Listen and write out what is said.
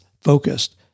focused